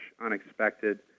unexpected